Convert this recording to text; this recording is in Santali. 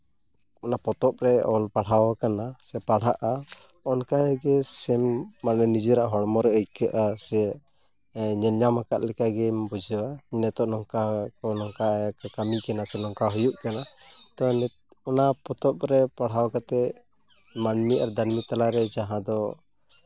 ᱚᱱᱟ ᱯᱚᱛᱚᱵ ᱨᱮ ᱚᱞ ᱯᱟᱲᱦᱟᱣ ᱟᱠᱟᱱᱟ ᱥᱮ ᱯᱟᱲᱦᱟᱜᱼᱟ ᱚᱱᱠᱟᱜᱮ ᱥᱮᱢ ᱢᱟᱱᱮ ᱱᱤᱡᱮᱨᱟᱜ ᱦᱚᱲᱢᱚ ᱨᱮ ᱟᱹᱭᱠᱟᱹᱜᱼᱟ ᱥᱮ ᱧᱮᱞ ᱧᱟᱢ ᱟᱠᱟᱫ ᱞᱮᱠᱟ ᱜᱮᱢ ᱵᱩᱡᱷᱟᱹᱣᱟ ᱡᱮᱦᱮᱛᱩ ᱱᱚᱝᱠᱟ ᱥᱮ ᱱᱚᱝᱠᱟ ᱠᱟᱹᱢᱤ ᱠᱟᱱᱟ ᱥᱮ ᱦᱩᱭᱩᱜ ᱠᱟᱱᱟ ᱚᱱᱟ ᱯᱚᱛᱚᱵ ᱨᱮ ᱯᱟᱲᱦᱟᱣ ᱠᱟᱛᱮᱫ ᱢᱟᱹᱱᱢᱤ ᱟᱨ ᱫᱟᱹᱱᱢᱤ ᱛᱟᱞᱟᱨᱮ ᱡᱟᱦᱟᱸ ᱫᱚ